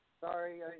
Sorry